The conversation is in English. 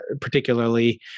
particularly